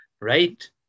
right